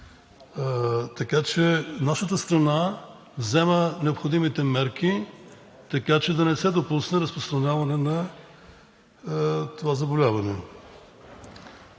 Така че нашата страна взема необходимите мерки, така че да не се допусне разпространяване на това заболяване.